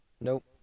Nope